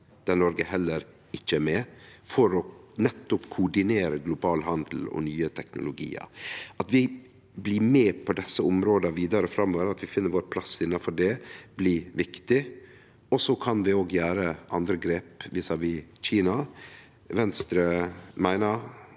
der Noreg heller ikkje er med, for nettopp å koordinere global handel og nye teknologiar. At vi blir med på desse områda vidare framover, at vi finn vår plass innanfor det, blir viktig. Så kan vi òg gjere andre grep vis-à-vis Kina. Venstre meiner